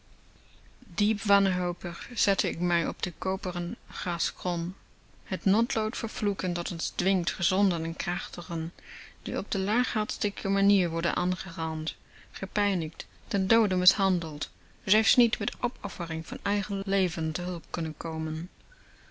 afgeloopen diep wanhopig zette ik mij op de koperen gaskroon het noodlot vervloekend dat ons dwingt gezonden en krachtigen die op de laag manier worden aangerand gepijnigd ten doode mishandeld hartigse zelfs niet met opoffering van eigen leven te hulp kunnen komen